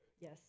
Yes